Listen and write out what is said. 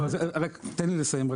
רק תן לי לסיים.